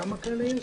בשעה 08:50 ונתחדשה